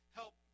help